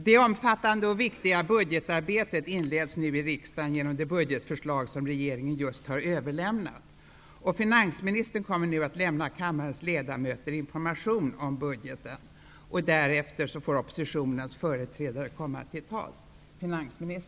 Det omfattande och viktiga budgetarbetet inleds nu i riksdagen genom det budgetförslag som regeringen just har överlämnat. Finansministern kommer nu att lämna kammarens ledamöter information om budgeten, och därefter får oppositionens företrädare komma till tals.